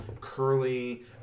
curly